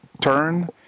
turn